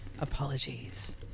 Apologies